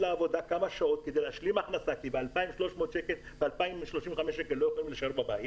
לעבוד כמה שעות כדי להשלים הכנסה כי ב-2,035 שקלים לא טוב להישאר בבית